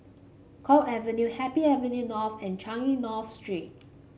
Guok Avenue Happy Avenue North and Changi North Street